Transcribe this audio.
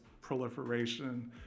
proliferation